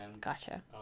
Gotcha